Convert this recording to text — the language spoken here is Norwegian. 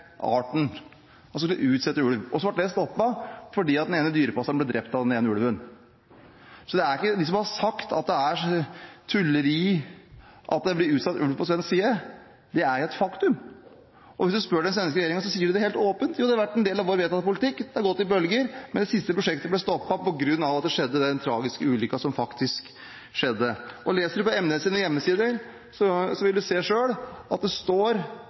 arten. Man skulle sette ut ulv. Men det ble stoppet fordi den ene dyrepasseren ble drept av den ene ulven. Så til dem som har sagt at det er tull at det blir satt ut ulv på svensk side: Det er et faktum. Og hvis man spør den svenske regjeringen, sier de det helt åpent, at det har vært en del av deres vedtatte politikk. Det har gått i bølger, men det siste prosjektet ble stoppet på grunn av den tragiske ulykken som faktisk skjedde. Og leser man på MDs hjemmesider, vil man selv se at det står